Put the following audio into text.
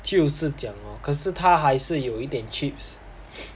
就是讲咯可是他还是有一点 chips